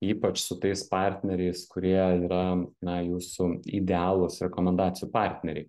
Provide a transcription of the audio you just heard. ypač su tais partneriais kurie yra na jūsų idealūs rekomendacijų partneriai